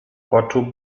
poczuł